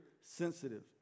sensitive